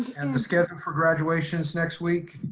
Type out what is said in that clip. and the scheduling for graduations next week?